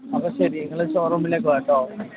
അപ്പം ശരി നിങ്ങൾ ഷോറൂമിലേക്ക് വാ കേട്ടോ